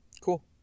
cool